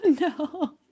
no